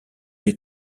les